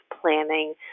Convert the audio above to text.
planning